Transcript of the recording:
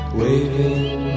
waving